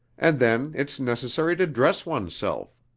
and then it's necessary to dress oneself.